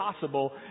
possible